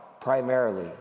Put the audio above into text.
primarily